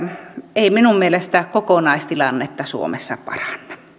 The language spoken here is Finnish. ei minun mielestäni kokonaistilannetta suomessa paranna